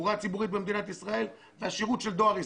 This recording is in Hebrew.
תחבורה ציבורית במדינת ישראל והשירות של דואר ישראל,